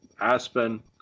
aspen